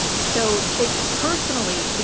so it's personally,